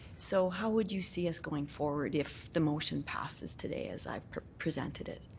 so how would you see us going forward if the motion passes today as i've presented it?